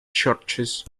churches